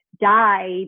died